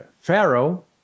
Pharaoh